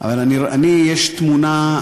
אבל לי יש תמונה,